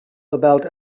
about